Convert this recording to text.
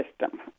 system